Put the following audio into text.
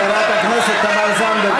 חברת הכנסת תמר זנדברג,